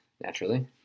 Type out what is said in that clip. Naturally